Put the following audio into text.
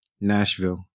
Nashville